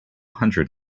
hundred